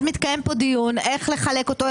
מתקיים פה דיון איך לחלק את הפלט השני,